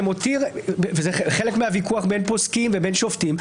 זה חלק מהוויכוח בין פוסקים ובין שופטים,